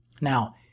Now